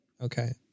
Okay